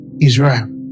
Israel